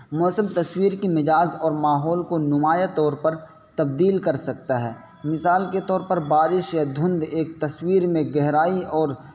موسم تصویر کی مزاج اور ماحول کو نمایاں طور پر تبدیل کر سکتا ہے مثال کے طور پر بارش یا دھند ایک تصویر میں گہرائی اور